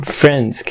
friends